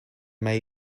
may